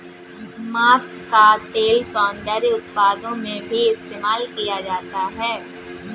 palm का तेल सौन्दर्य उत्पादों में भी इस्तेमाल किया जाता है